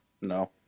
No